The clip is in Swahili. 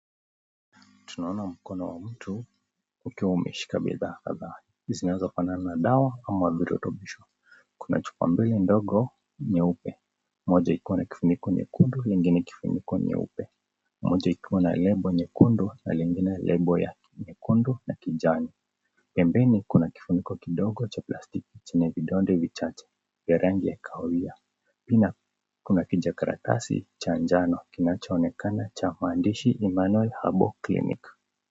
Tunaona mkono wa mtu ukiwa umeshika bidhaa kadhaa. Hizi zinaweza kuwa ni dawa ama virutubisho. Kuna chupa mbili ndogo nyeupe. Moja ikiwa na kifuniko nyekundu, lingine kifuniko nyeupe. Moja ikiwa na label nyekundu na lingine label ya nyekundu na kijani. Pembeni kuna kifuniko kidogo cha plastiki chenye vidonge vichache vya rangi ya kahawia. Pia kuna kijikaratasi cha njano kinachoonekana cha maandishi Immanuel Herbal Clinic .